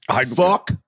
Fuck